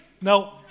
No